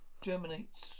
germinates